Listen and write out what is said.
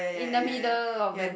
in the middle of the